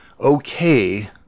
okay